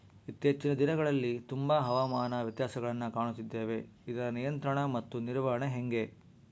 ಇತ್ತೇಚಿನ ದಿನಗಳಲ್ಲಿ ತುಂಬಾ ಹವಾಮಾನ ವ್ಯತ್ಯಾಸಗಳನ್ನು ಕಾಣುತ್ತಿದ್ದೇವೆ ಇದರ ನಿಯಂತ್ರಣ ಮತ್ತು ನಿರ್ವಹಣೆ ಹೆಂಗೆ?